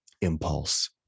impulse